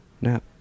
nap